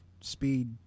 speed